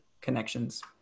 connections